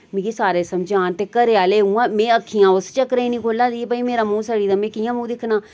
मिगी सारे समझान ते घरै आह्ले उआं मैं अक्खियां उस चक्करै नि खोला दी ही भई मेरा मूंह सड़ी दा मैं कियां मूंह दिक्खना